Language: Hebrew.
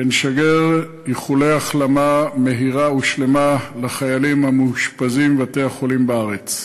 ונשגר איחולי החלמה מהירה ושלמה לחיילים המאושפזים בבתי-החולים בארץ.